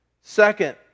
Second